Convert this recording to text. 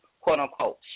quote-unquote